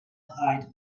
hide